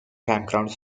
campgrounds